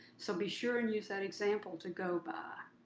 so be sure and use that example to go by.